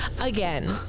Again